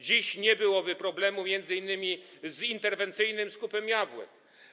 Dziś nie byłoby problemu m.in. z interwencyjnym skupem jabłek.